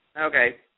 okay